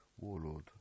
Warlord